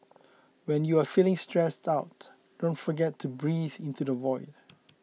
when you are feeling stressed out don't forget to breathe into the void